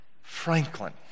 Franklin